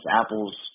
apples